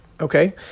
Okay